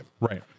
Right